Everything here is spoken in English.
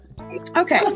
Okay